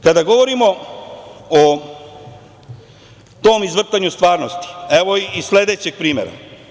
Kada govorimo o tom izvrtanju stvarnosti, evo i sledećeg primera.